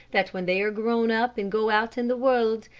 that when they are grown up and go out in the world,